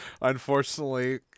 unfortunately